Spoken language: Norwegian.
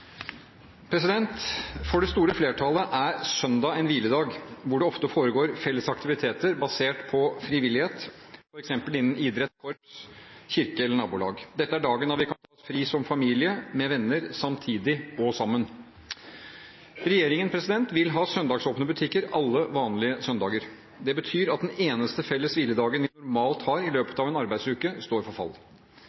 For det store flertallet er søndag en hviledag hvor det ofte foregår felles aktiviteter basert på frivillighet, f.eks. innen idrett, korps, kirke eller nabolag. Dette er dagen da vi kan ta fri – som familie, med venner, samtidig og sammen. Regjeringen vil ha søndagsåpne butikker alle vanlige søndager. Det betyr at den eneste felles hviledagen vi normalt har i løpet av en arbeidsuke, står for fall.